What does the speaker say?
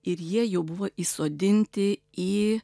ir jie jau buvo įsodinti į